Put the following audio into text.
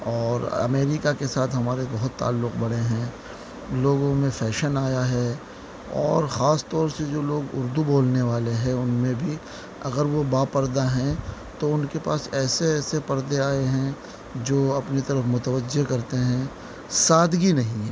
اور امیریکہ کے ساتھ ہمارے بہت تعلق بڑے ہیں لوگوں میں فیشن آیا ہے اور خاص طور سے جو لوگ اردو بولنے والے ہیں ان میں بھی اگر وہ با پردہ ہیں تو ان کے پاس ایسے ایسے پردے آئے ہیں جو اپنی طرف متوجہ کرتے ہیں سادگی نہیں ہے